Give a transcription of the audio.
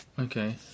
Okay